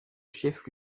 chef